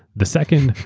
the second,